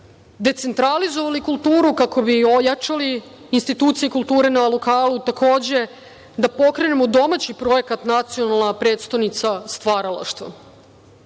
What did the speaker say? decentralizovali kulturu, kako bi ojačali institucije kulture na lokalu, takođe da pokrenemo domaći projekat „Nacionalna prestonica stvaralaštva“.Moramo